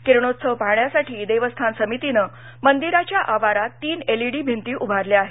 किरणोत्सव पाहण्यासाठी देवस्थान समितीनं मंदिराच्या आवारात तीन विईडी भिंती उभारल्या आहेत